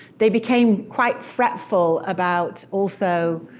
they became quite fretful about, also,